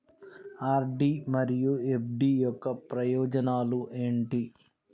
RD మరియు FD యొక్క ప్రయోజనాలు ఏంటి?